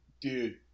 Dude